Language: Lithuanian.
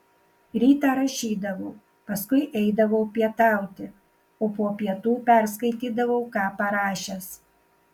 rytą rašydavau paskui eidavau pietauti o po pietų perskaitydavau ką parašęs